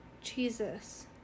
Jesus